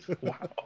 Wow